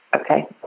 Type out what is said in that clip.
Okay